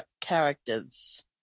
characters